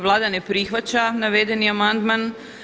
Vlada ne prihvaća navedeni amandman.